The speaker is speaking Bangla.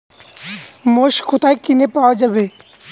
মোষ কোথায় কিনে পাওয়া যাবে?